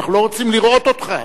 אנחנו לא רוצים לראות אותך.